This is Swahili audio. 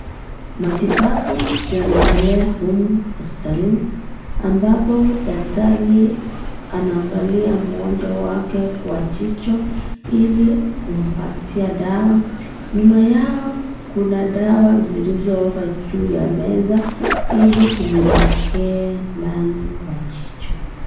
Matibabu yanaendelea humu hospitalini ambapo daktari anaangalia mgonjwa wake kwa jicho ilikumpatia dawa, nyuma yao kuna dawa zilizoekwa juu ya meza ilikumwekea ndani kwa jicho.